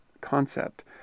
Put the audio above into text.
concept